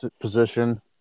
position